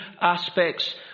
aspects